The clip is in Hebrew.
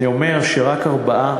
אני אומר שרק 4%,